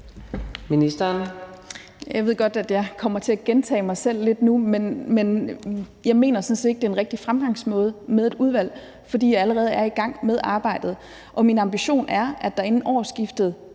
Bjerre): Jeg ved godt, at jeg kommer til at gentage mig selv lidt nu, men jeg mener sådan set ikke, at det er en rigtig fremgangsmåde med et udvalg, fordi jeg allerede er i gang med arbejdet, og min ambition er, at der inden årsskiftet